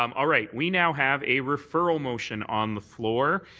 um all right. we now have a referral motion on the floor.